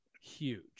Huge